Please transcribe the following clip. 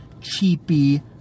cheapy